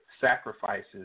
Sacrifices